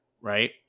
right